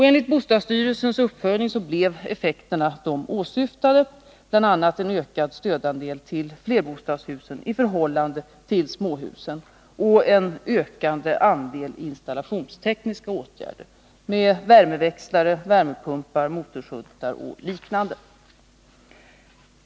Enligt bostadsstyrelsens uppföljning blev effekterna de åsyftade, bl.a. en ökad stödandel till flerbostadshusen i förhållande till småhusen och en ökad andel installationstekniska åtgärder med värmeväxlare, värmepumpar, motorshuntar och liknande.